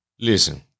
listen